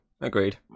Agreed